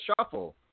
shuffle